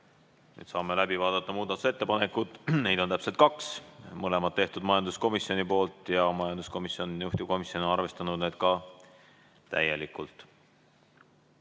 ole. Saame läbi vaadata muudatusettepanekud. Neid on kaks, mõlemad tehtud majanduskomisjoni poolt ja majanduskomisjon, juhtivkomisjon, on arvestanud neid ka täielikult.